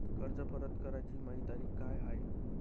कर्ज परत कराची मायी तारीख का हाय?